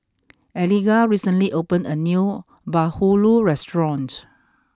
Eliga recently open a new bahulu restaurant